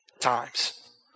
times